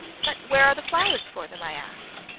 but where are the flowers for them i asked.